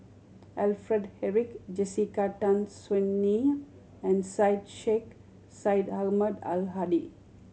Alfred Eric Jessica Tan Soon Neo and Syed Sheikh Syed Ahmad Al Hadi